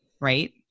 Right